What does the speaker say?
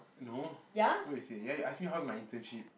no what you say ya you ask me how's my internship